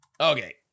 Okay